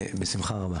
ובשמחה רבה.